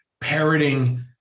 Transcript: parroting